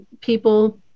people